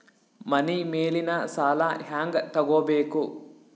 ಮನಿ ಮೇಲಿನ ಸಾಲ ಹ್ಯಾಂಗ್ ತಗೋಬೇಕು?